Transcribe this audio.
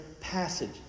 passage